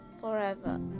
forever